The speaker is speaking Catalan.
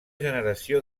generació